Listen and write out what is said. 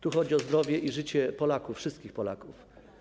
Tu chodzi o zdrowie i życie Polaków, wszystkich Polaków.